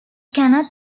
cannot